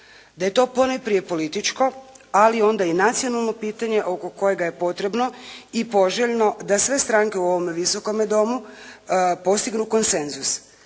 da je to ponajprije političko ali onda i nacionalno pitanje oko kojega je potrebno i poželjno da sve stranke u ovome Visokome domu postignu konsenzus